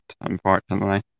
unfortunately